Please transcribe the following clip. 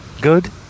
Good